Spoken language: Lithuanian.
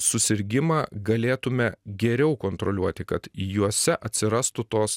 susirgimą galėtume geriau kontroliuoti kad juose atsirastų tos